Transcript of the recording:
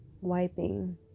Wiping